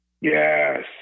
Yes